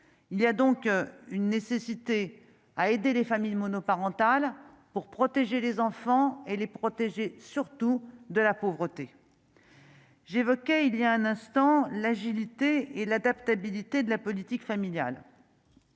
il y a donc une nécessité à aider les familles monoparentales pour protéger les enfants et les protéger, surtout de la pauvreté. J'évoquais il y a un instant l'agilité et l'adaptabilité de la politique familiale.